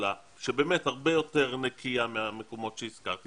גדולה שבאמת הרבה יותר נקיה מהמקומות שהזכרתי,